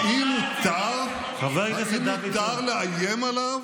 האם מותר לאיים עליו,